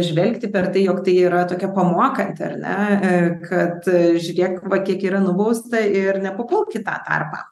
žvelgti per tai jog tai yra tokia pamokanti ar ne kad žiūrėk va kiek yra nubausta ir nepapulk į tą tarpą